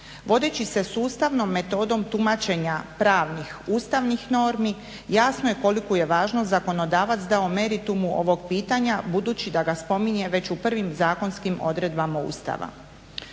vodeći se sustavnom metodom tumačenja pravnih ustavnih normi jasno je koliku je važnost zakonodavac dao meritumu ovog pitanja budući da ga spominje već u prvim zakonskim odredbama Ustava.